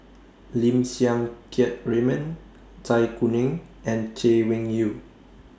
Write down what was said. Lim Siang Keat Raymond Zai Kuning and Chay Weng Yew